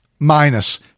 Minus